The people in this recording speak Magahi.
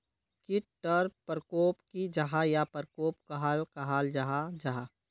कीट टर परकोप की जाहा या परकोप कहाक कहाल जाहा जाहा?